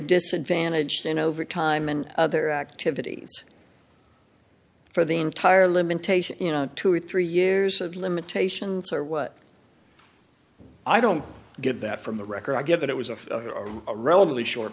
disadvantaged in over time and other activities for the entire limitation you know two or three years of limitations or what i don't get that from the record i've given it was a relatively short